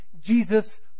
Jesus